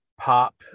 pop